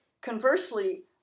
conversely